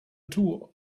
two